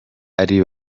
ari